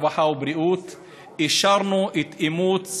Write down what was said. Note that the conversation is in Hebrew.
הרווחה והבריאות את אימוץ